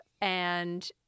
and-